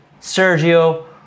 Sergio